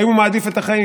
האם הוא מעדיף את החיים?